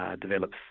develops